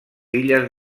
illes